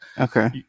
Okay